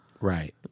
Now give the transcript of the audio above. Right